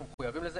אנחנו מחויבים לזה.